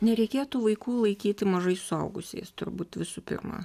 nereikėtų vaikų laikyti mažais suaugusiais turbūt visų pirma